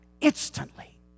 instantly